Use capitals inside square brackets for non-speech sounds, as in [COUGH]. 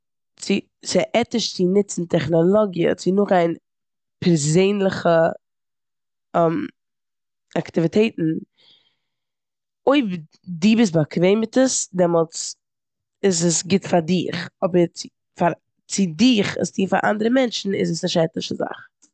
צו ס'איז עטיש צו נוצן טעכנאלאגיע צו נאכגיין פערזענליכע [HESITATION] אקטיוויטעטן, אויב דו בוסט באקוועם מיט עס דעמאלטס איז עס גוט פאר דיך אבער צו- פאר- צו דיך עס טון פאר אנדערע מענטשן איז עס נישט א עטישע זאך.